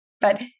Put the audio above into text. But-